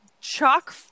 chalk